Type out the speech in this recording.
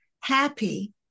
happy